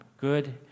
good